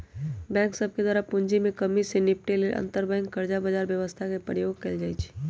bank सभके द्वारा पूंजी में कम्मि से निपटे लेल अंतरबैंक कर्जा बजार व्यवस्था के प्रयोग कएल जाइ छइ